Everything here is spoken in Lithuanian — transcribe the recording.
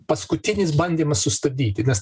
paskutinis bandymas sustabdyti nes